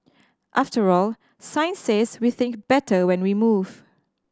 after all science says we think better when we move